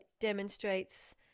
demonstrates